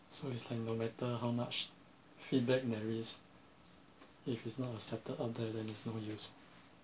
so it's like no matter how much feedback there is if it's not accepted up there then it's no use